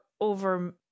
over